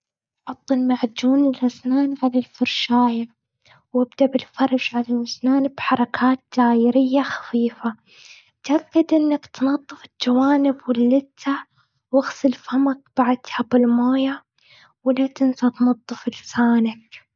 حط المعجون الأسنان على الفرشاية. وابدأ بالفرش على الأسنان بحركات دائرية خفيفة. تأكد إنك تنظف الجوانب واللثة. واغسل فمك بعدها بالمويه ولا تنسى تنضف لسانك.